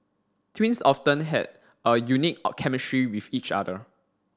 twins often have a unique chemistry with each other